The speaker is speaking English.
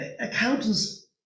Accountants